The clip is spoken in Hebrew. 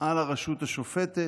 על הרשות השופטת,